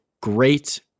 great